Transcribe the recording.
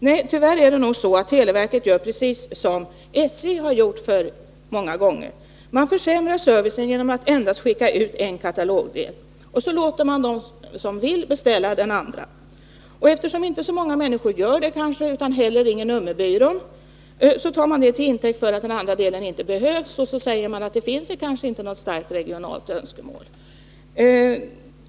Nej, tyvärr är det nog så att televerket gör precis som SJ gjort många gånger. Man försämrar servicen genom att endast skicka ut en katalogdel. De abonnenter som så vill får beställa den andra delen. Eftersom inte så många människor gör det utan hellre ringer nummerbyrån, tar man det till intäkt för att den andra delen inte behövs och säger att det inte finns något starkt regionalt önskemål.